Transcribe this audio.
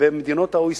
במדינות ה-OECD.